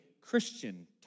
Christian